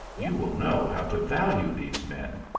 you will know how to value these men.